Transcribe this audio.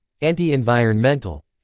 anti-environmental